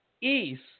East